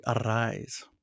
Arise